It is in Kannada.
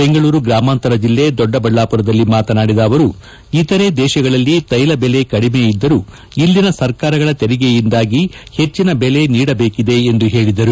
ಬೆಂಗಳೂರು ಗ್ರಾಮಾಂತರ ಜಿಲ್ಲೆ ದೊಡ್ಡಬಳ್ಳಾಪುರದಲ್ಲಿ ಮಾತನಾಡಿದ ಅವರು ಇತರೆ ದೇತಗಳಲ್ಲಿ ತ್ಯೆಲ ದೆಲೆ ಕಡಿಮೆ ಇದ್ದರೂ ಇಲ್ಲಿನ ಸರ್ಕಾರಗಳ ತೆರಿಗೆಯಿಂದಾಗಿ ಹೆಚ್ಚಿನ ಬೆಲೆ ನೀಡಬೇಕಿದೆ ಎಂದು ಹೇಳಿದರು